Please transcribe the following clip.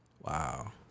wow